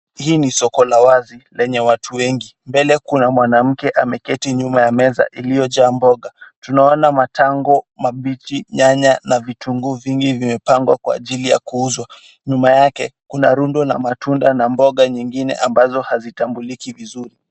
Hii ni soko la wazi lenye watu wengi. Mbele kuna mwanamke ameketi nyuma ya meza iliyojaa mboga. Tunaona matango, mabichi, nyanya, na vitunguu vingi vimepangwa kwa ajili ya kuuzwa. Nyuma yake, kuna rundo na matunda na mboga nyingine ambazo hazitambuliki vizuri.